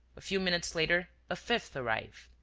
a few minutes later, a fifth arrived.